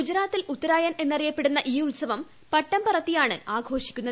ഗുജറാത്തിൽ ഉത്തരായൻ എന്നറിയപ്പെടുന്ന ഈ ഉത്സവം പട്ടം പറത്തിയാണ് ആഘോഷിക്കുന്നത്